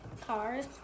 cars